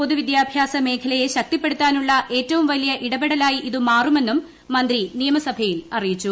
പൊതുവിദ്യാഭ്യാസ മേഖലയെ ശക്തിപ്പെടുത്താനുള്ള ഏറ്റവും വലിയ ഇടപെടലായി ഇതുമാറുമെന്നും മന്ത്രി നിയമസഭയിൽ അറിയിച്ചു